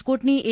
રાજકોટની એ